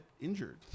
injured